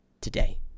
Today